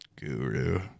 guru